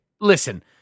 listen